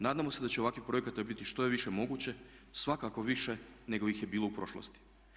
Nadamo se da će ovakvih projekata biti što je više moguće, svakako više nego ih je bilo u prošlosti.